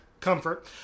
Comfort